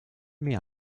mehr